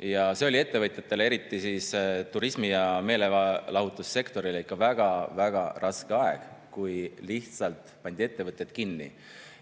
see oli ettevõtjatele, eriti turismi- ja meelelahutussektorile ikka väga-väga raske aeg, kui lihtsalt pandi ettevõtted kinni.